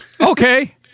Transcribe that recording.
Okay